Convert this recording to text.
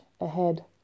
ahead